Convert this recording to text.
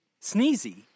sneezy